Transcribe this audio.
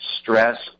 stress